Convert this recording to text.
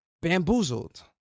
bamboozled